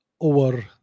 over